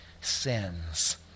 sins